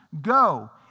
go